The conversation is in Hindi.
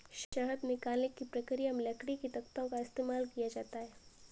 शहद निकालने की प्रक्रिया में लकड़ी के तख्तों का इस्तेमाल किया जाता है